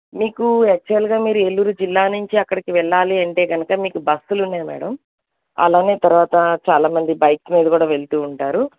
మీకు యాక్చువల్గా మీరు ఏలూరు జిల్లా నుంచి అక్కడికి వెళ్ళాలి అంటే గనక మీకు బస్సులు ఉన్నాయి మేడం అలానే తర్వాత చాలా మంది బైక్ మీద కూడా వెళ్తూ ఉంటారు